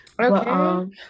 Okay